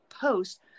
post